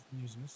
news